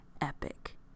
epic